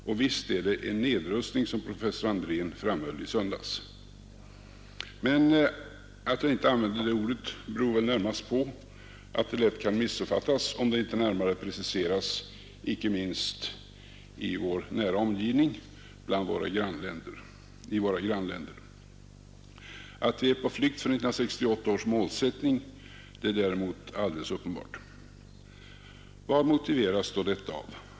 Och visst är det en nedrustning, som professor Andrén framhöll i söndags, men att jag inte använder det ordet beror närmast på att det lätt kan missuppfattas om det inte närmare preciseras, icke minst i vår nära omgivning, i våra grannländer. Att vi är på flykt från 1968 års målsättning är däremot alldeles uppenbart. Vad motiveras då detta av?